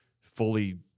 fully